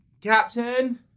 Captain